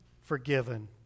forgiven